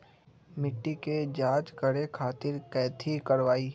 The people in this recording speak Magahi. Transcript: मिट्टी के जाँच करे खातिर कैथी करवाई?